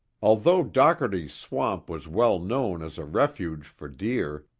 although dockerty's swamp was well known as a refuge for deer,